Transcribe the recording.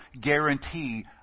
guarantee